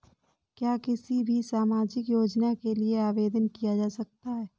क्या किसी भी सामाजिक योजना के लिए आवेदन किया जा सकता है?